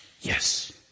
Yes